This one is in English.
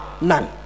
none